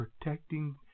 protecting